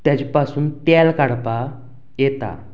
तेज्या पासून तेल काडपा येता